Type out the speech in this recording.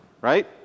right